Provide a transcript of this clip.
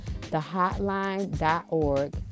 thehotline.org